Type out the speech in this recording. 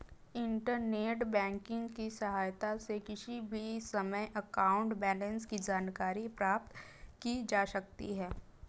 internet banking की सहायता से किसी भी समय अकाउंट बैलेंस की जानकारी प्राप्त की जा सकती है